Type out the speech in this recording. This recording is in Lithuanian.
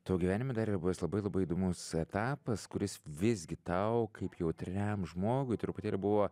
tavo gyvenime dar ir buvęs labai labai įdomus etapas kuris visgi tau kaip jautriam žmogui truputėlį buvo